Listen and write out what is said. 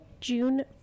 June